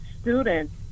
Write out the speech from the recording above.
students